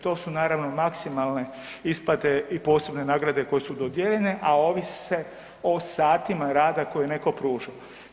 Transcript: To su naravno maksimalne isplate i posebne nagrade koje su dodijeljene a ovise o satima rada koje netko pruža.